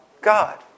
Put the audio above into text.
God